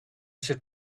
should